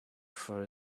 for